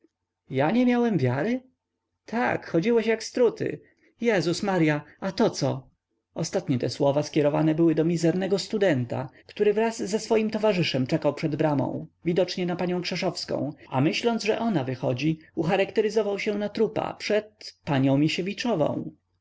ja nie miałem wiary tak chodziłeś jak struty jezus marya a toco ostatnie te słowa skierowane były do mizernego studenta który wraz ze swoim towarzyszem czekał przed bramą widocznie na panią krzeszowską a myśląc że ona wychodzi ucharakteryzował się na trupa przed panią misiewiczową wnet